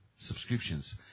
subscriptions